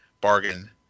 bargain